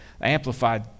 Amplified